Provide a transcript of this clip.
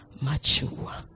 mature